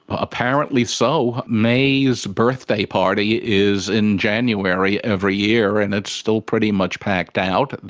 ah apparently so. may's birthday party is in january every year and it's still pretty much packed out.